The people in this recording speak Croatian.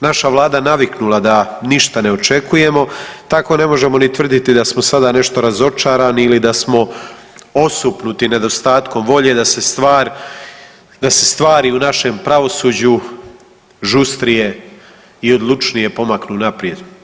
naša vlada naviknula da ništa ne očekujemo tako ne možemo ni tvrditi da smo sada nešto razočarani ili da smo osupnuti nedostatkom volje da se stvar, da se stvari u našem pravosuđu žustrije i odlučnije pomaknu naprijed.